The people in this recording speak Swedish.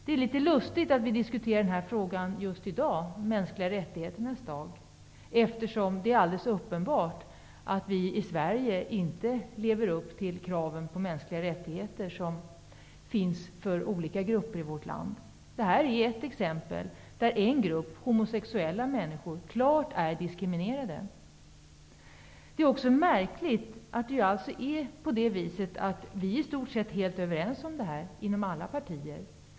Det är litet lustigt att vi diskuterar denna fråga just denna dag, De mänskliga rättigheternas dag, eftersom det är alldeles uppenbart att vi i Sverige inte lever upp till kraven på mänskliga rättigheter för olika grupper i vårt land. Detta är ett exempel där en grupp, homosexuella människor, är klart diskriminerad. Det är också märkligt att vi är i stort sett helt överens om detta i alla partier.